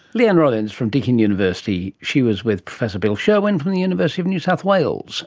lee ann rollins from deakin university. she was with professor bill sherwin from the university of new south wales